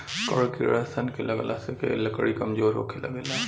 कड़ किड़ा सन के लगला से लकड़ी कमजोर होखे लागेला